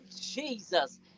Jesus